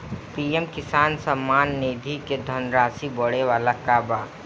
PM Kisan Samman Nidhi क धनराशि बढ़े वाला बा का?